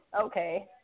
Okay